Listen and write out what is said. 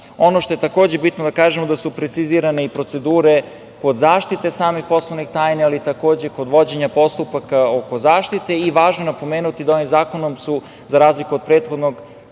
Ono što je takođe bitno da kažemo da su precizirane i procedure kod zaštite samih poslovnih tajni, ali takođe i kod vođenja postupaka oko zaštite i važno je napomenuti da ovim zakonom su za razliku od prethodnog